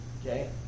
Okay